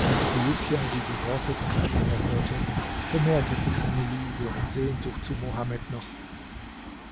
als bulukia diese worte von der schlange hörte vermehrte sich seine liebe und sehnsucht zu mohammed noch